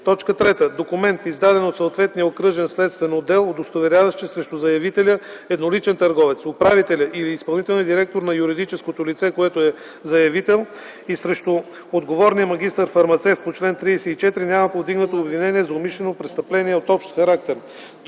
по чл. 34; 3. документ, издаден от съответния окръжен следствен отдел, удостоверяващ, че срещу заявителя - едноличен търговец, управителя или изпълнителния директор на юридическото лице, което е заявител, и срещу отговорния магистър-фармацевт по чл. 34 няма повдигнато обвинение за умишлено престъпление от общ характер;